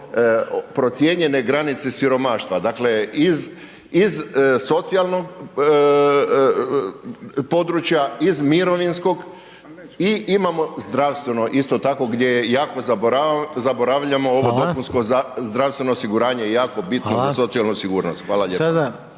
procijenjene granice siromaštva, dakle iz socijalnog područja, iz mirovinskog i imamo zdravstveno isto tako gdje iako zaboravljamo ovo dopunsko zdravstveno osiguranje je jako bitno za socijalnu sigurnost. Hvala lijepo.